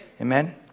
Amen